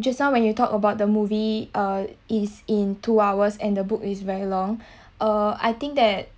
just now when you talk about the movie uh is in two hours and the book is very long uh I think that